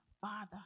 father